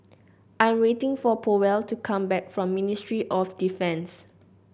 I am waiting for Powell to come back from Ministry of Defence